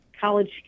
college